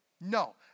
No